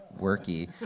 worky